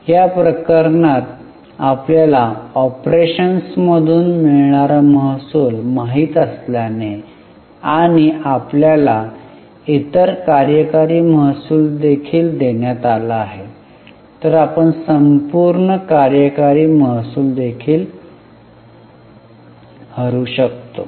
या प्रकरणात आपल्याला ऑपरेशन्सपासून मिळणारा महसूल माहित असल्याने आणि आपल्याला इतर कार्यकारी महसूल देखील देण्यात आला आहे तर आपण संपूर्ण कार्यकारी महसूल देखील हरू शकतो